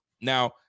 Now